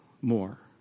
more